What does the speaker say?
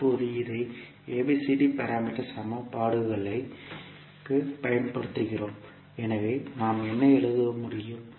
இப்போது இதை ABCD parameter சமன்பாடுகளுக்குப் பயன்படுத்துகிறோம் எனவே நாம் என்ன எழுத முடியும்